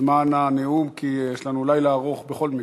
זמן הנאום, כי יש לנו לילה ארוך בכל מקרה.